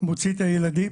מוציא את הילדים,